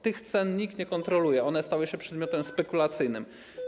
Tych cen nikt nie kontroluje, one stały się przedmiotem spekulacji.